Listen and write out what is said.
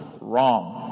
wrong